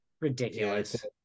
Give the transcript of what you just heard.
ridiculous